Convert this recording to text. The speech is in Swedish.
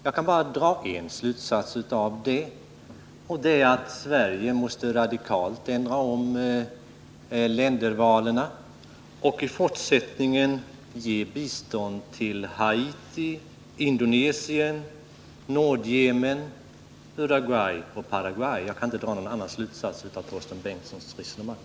Jag kan bara dra en slutsats av det, nämligen att Sverige måste ändra ländervalet och i fortsättningen ge bistånd till Haiti, Indonesien och Nordyemen. Jag kan inte dra någon annan slutsats av Torsten Bengtsons resonemang.